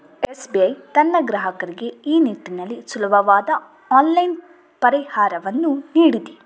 SBI ತನ್ನ ಗ್ರಾಹಕರಿಗೆ ಈ ನಿಟ್ಟಿನಲ್ಲಿ ಸುಲಭವಾದ ಆನ್ಲೈನ್ ಪರಿಹಾರವನ್ನು ನೀಡಿದೆ